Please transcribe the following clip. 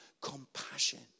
compassion